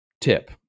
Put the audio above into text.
tip